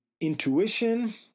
intuition